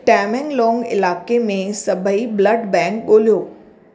तमेंगलोंग इलाइक़े में सभेई ब्लड बैंक ॻोल्हियो